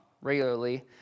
regularly